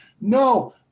no